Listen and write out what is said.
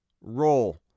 roll